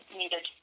needed